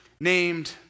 named